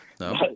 no